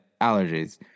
allergies